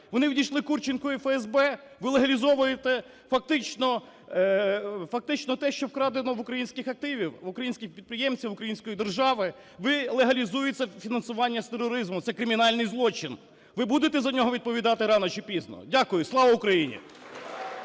Вони відійшли Курченку і ФСБ? Ви легалізовуєте фактично те, що вкрадено в українських активів, в українських підприємців, в української держави? Ви легалізуєте фінансування тероризму. Це кримінальний злочин. Ви будете за нього відповідати рано чи пізно. Дякую. Слава Україні!